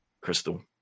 crystal